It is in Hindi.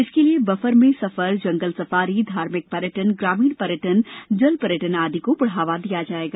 इसके लिए बफर में सफर जंगल सफारी धार्मिक पर्यटन ग्रामीण पर्यटन जल पर्यटन आदि को बढ़ावा दिया जाएगा